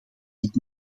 niet